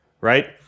right